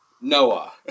Noah